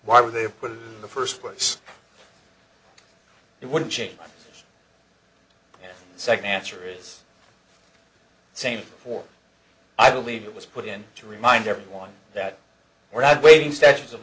why would they put it in the first place it wouldn't change the second answer is the same for i believe it was put in to remind everyone that we're not waiting sections of